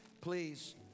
please